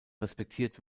respektiert